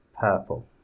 purple